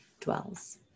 dwells